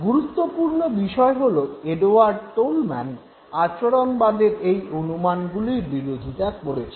গুরুত্বপূর্ণ বিষয় হল এডওয়ার্ড টোলম্যান আচরণবাদের এই অনুমানগুলির বিরোধিতা করেছেন